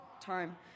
time